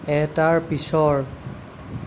এটাৰ পিছৰ